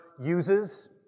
uses